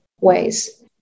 ways